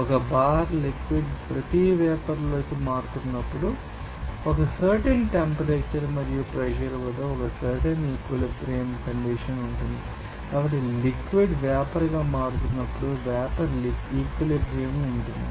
ఒక bar liquid ప్రతి vapour లోకి మారుతున్నప్పుడు ఒక సర్టెన్ టెంపరేచర్ మరియు ప్రెషర్ వద్ద ఒక సర్టెన్ ఈక్విలిబ్రియం కండీషన్ ఉంటుంది కాబట్టి లిక్విడ్ ం వేపర్ గా మారుతున్నప్పుడు వేపర్ లిక్విడ్ ఈక్విలిబ్రియం ఉంటుంది